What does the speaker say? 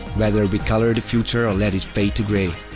whether we color the future or let it fade to gray,